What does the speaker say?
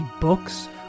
books